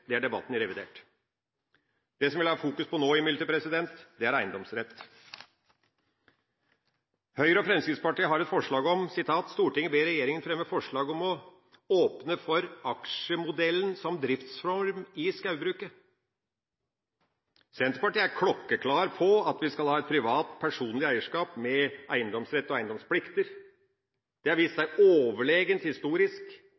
det er debatten i revidert. Det jeg imidlertid vil fokusere på nå, er eiendomsrett. Høyre og Fremskrittspartiet har et forslag: «Stortinget ber regjeringen fremme forslag om å åpne for aksjeselskapsmodellen som driftsform i skogbruket.» Senterpartiet er klokkeklare på at vi skal ha et privat, personlig eierskap med eiendomsrett og eiendomsplikter. Det har vist